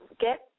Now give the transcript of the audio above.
Get